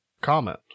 comment